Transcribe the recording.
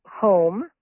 home